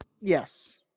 Yes